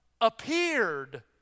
appeared